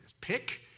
Pick